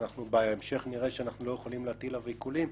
שאנחנו בהמשך נראה שאנחנו לא יכולים להטיל עליו עיקולים,